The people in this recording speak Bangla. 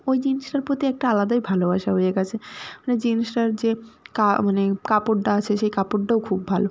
ওই জিন্সটার প্রতি একটা আলাদাই ভালোবাসা রয়ে গেছে মানে জিন্সটার যে কা মানে কাপড়ডা আছে সেই কাপড়ডাও খুব ভালো